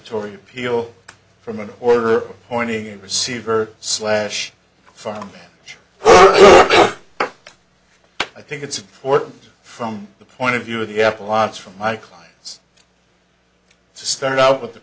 tory appeal from an order pointing a receiver slash farm i think it's important from the point of view of the apple lots from my clients to start out with the